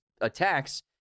attacks